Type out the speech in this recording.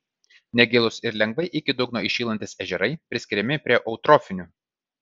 negilūs ir lengvai iki dugno įšylantys ežerai priskiriami prie eutrofinių